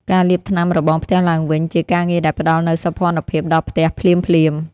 ការលាបថ្នាំរបងផ្ទះឡើងវិញ ជាការងារដែលផ្តល់នូវសោភ័ណភាពដល់ផ្ទះភ្លាមៗ។